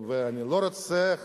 ואני לא רוצה,